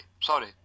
sorry